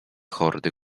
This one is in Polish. hordy